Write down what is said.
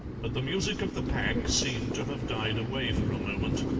but the music of the pack seemed to have died away for a moment,